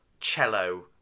cello